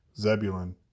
Zebulun